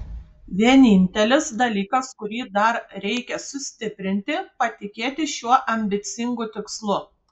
vienintelis dalykas kurį dar reikia sustiprinti patikėti šiuo ambicingu tikslu